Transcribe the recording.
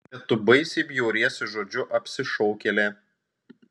bet tu baisiai bjauriesi žodžiu apsišaukėlė